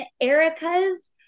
Erica's